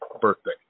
birthday